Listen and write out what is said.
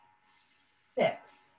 six